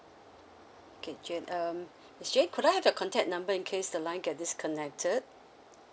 okay jane um jane could I have your contact number in case the line get disconnected